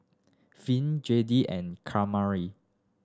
Finn Jadiel and Kamari